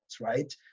right